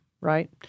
right